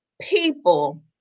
people